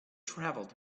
travelled